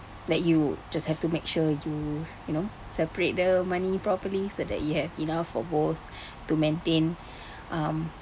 like you just have to make sure you you know separate the money properly so that you have enough for both to maintain um